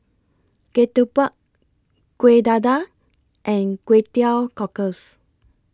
Ketupat Kueh Dadar and Kway Teow Cockles